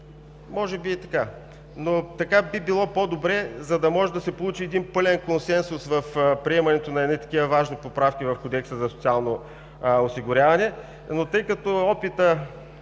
го внесат отново. Така би било по-добре, за да може да се получи пълен консенсус в приемането на такива важни поправки в Кодекса за социално осигуряване. Тъй като имам